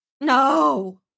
No